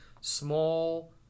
small